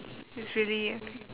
it's really